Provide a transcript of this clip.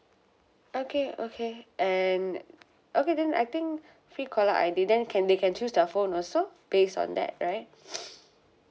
okay okay and okay then I think free caller I_D then can they can choose the phone also based on that right